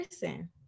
person